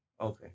Okay